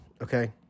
okay